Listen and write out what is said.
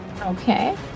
Okay